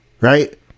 right